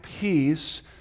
peace